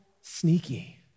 sneaky